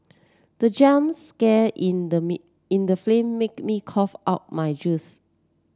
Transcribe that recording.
the jump scare in the in the film made me cough out my juice